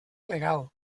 legal